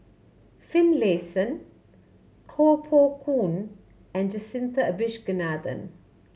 Finlayson Koh Poh Koon and Jacintha Abisheganaden